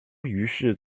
于是